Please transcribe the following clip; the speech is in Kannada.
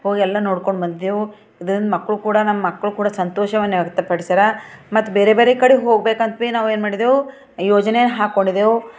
ಹೋಗೆಲ್ಲ ನೋಡ್ಕೊಂಡು ಬಂದಿದ್ದೆವು ಇದರಿಂದ ಮಕ್ಕಳೂ ಕೂಡ ನಮ್ಮ ಮಕ್ಕಳೂ ಕೂಡ ಸಂತೋಷವನ್ನು ವ್ಯಕ್ತಪಡಿಸ್ಯಾರ ಮತ್ತು ಬೇರೆ ಬೇರೆ ಕಡೆ ಹೋಗಬೇಕಂತ ಭಿ ನಾವು ಏನ್ಮಾಡಿದ್ದೆವು ಯೋಜನೆನ ಹಾಕೊಂಡಿದ್ದೆವು